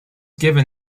given